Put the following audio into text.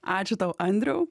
ačiū tau andriau